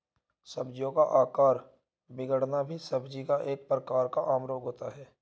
सब्जियों का आकार बिगड़ना भी सब्जियों का एक प्रकार का आम रोग होता है